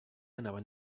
anaven